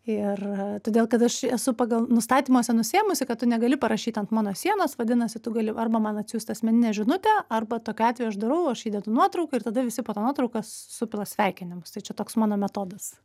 ir todėl kad aš esu pagal nustatymuose nusiėmusi kad tu negali parašyt ant mano sienos vadinasi tu gali arba man atsiųst asmeninę žinutę arba tokiu atveju aš darau aš įdedu nuotrauką ir tada visi po ta nuotrauka supila sveikinimus tai čia toks mano metodas